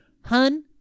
Hun